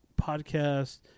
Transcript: podcast